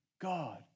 God